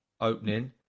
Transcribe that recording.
opening